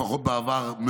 לפחות בעבר,